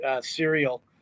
cereal